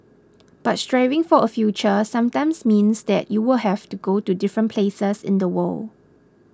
but striving for a future sometimes means that you will have to go to different places in the world